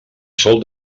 sol